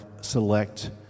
select